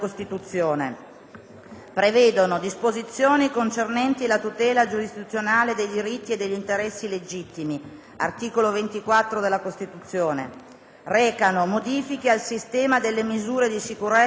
prevedono disposizioni concernenti la tutela giurisdizionale dei diritti e degli interessi legittimi (articolo 24 della Costituzione); recano modifiche al sistema delle misure di sicurezza e prevenzione,